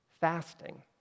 Fasting